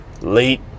late